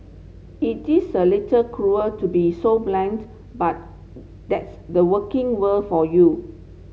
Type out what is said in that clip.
it is a little cruel to be so blunt but that's the working world for you